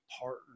partner